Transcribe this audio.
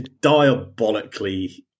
diabolically